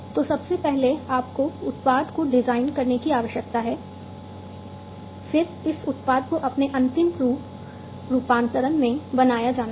तो सबसे पहले आपको उत्पाद को डिजाइन का रूपांतरण और फिर इस उत्पाद को वितरित किया जाएगा